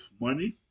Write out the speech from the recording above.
money